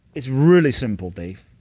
it's really simple, dave.